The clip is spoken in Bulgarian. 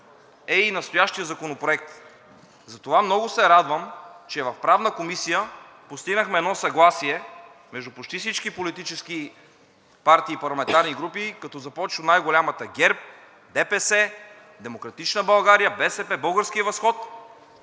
е и настоящият законопроект. Затова много се радвам, че в Правната комисия постигнахме едно съгласие между почти всички политически парти и парламентарни групи, като започнем от най-голямата ГЕРБ, ДПС, „Демократична България“, БСП, „Български възход“,